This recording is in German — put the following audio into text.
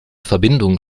verbindung